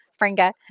Fringa